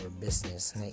business